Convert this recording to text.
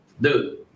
dude